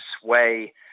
sway –